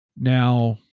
Now